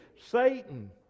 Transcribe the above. Satan